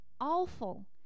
awful